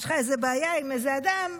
יש לך איזו בעיה עם איזה אדם,